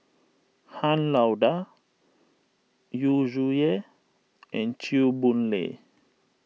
Han Lao Da Yu Zhuye and Chew Boon Lay